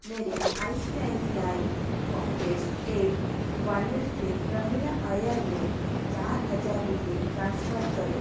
मेरे I C I C I pockets app wallet से प्रमिला अय्यर में चार हज़ार रुपये ट्रांसफ़र करो